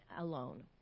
alone